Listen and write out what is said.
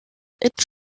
its